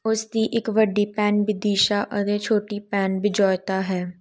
ਉਸ ਦੀ ਇੱਕ ਵੱਡੀ ਭੈਣ ਬਿਦੀਸ਼ਾ ਅਤੇ ਛੋਟੀ ਭੈਣ ਬਿਜੋਇਤਾ ਹੈ